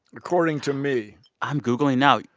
according to me i'm googling now.